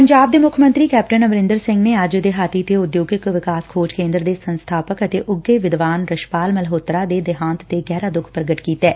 ਪੰਜਾਬ ਦੇ ਮੁੱਖ ਮੰਤਰੀ ਕੈਪਟਨ ਅਮਰੰਦਰ ਸਿੰਘ ਨੇ ਅੱਜ ਦਿਹਾਤੀ ਤੇ ਉਦਯੋਗਿਕ ਵਿਕਾਸ ਖੋਜ ਕੇਦਰ ਦੇ ਸੰਸਬਾਪਕ ਅਤੇ ਉੱਘੇ ਵਿਦਵਾਨ ਰਸ਼ਪਾਲ ਮਲੋਹਤਰਾ ਦੇ ਦੇਹਾਂਤ ਤੇ ਗਹਿਰਾਂ ਦੁੱਖ ਪ੍ਰਗਟ ਕੀਤੈ